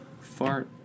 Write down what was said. Fart